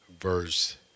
verse